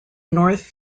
north